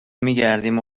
میگردیم